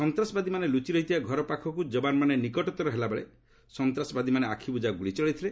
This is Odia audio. ସନ୍ତାସବାଦୀମାନେ ଲୁଚି ରହିଥିବା ଘର ପାଖକୁ ଯବାନମାନେ ନିକଟତର ହେଲାବେଳେ ସନ୍ତାସବାଦୀମାନେ ଆଖିବୁଜା ଗୁଳି ଚଳାଇଥିଲେ